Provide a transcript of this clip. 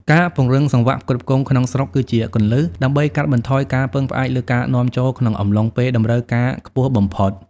ការពង្រឹងសង្វាក់ផ្គត់ផ្គង់ក្នុងស្រុកគឺជាគន្លឹះដើម្បីកាត់បន្ថយការពឹងផ្អែកលើការនាំចូលក្នុងអំឡុងពេលតម្រូវការខ្ពស់បំផុត។